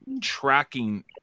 tracking